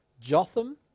Jotham